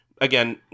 Again